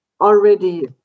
already